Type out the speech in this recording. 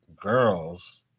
girls